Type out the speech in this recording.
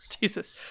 Jesus